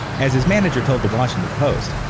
as his manager told the washington post,